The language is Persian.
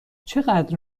چقدر